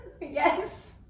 Yes